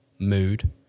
mood